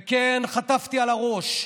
וכן, חטפתי על הראש,